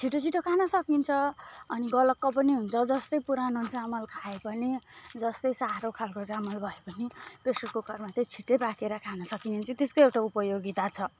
छिटोछिटो खान सकिन्छ अनि गलक्क पनि हुन्छ जस्तै पुरानो चामल खाए पनि जस्तै साह्रो खालको चामल भए पनि प्रेसर कुकरमा चाहिँ छिट्टै पाकेर खानसकिने चाहिँ त्यसको एउटा उपयोगिता छ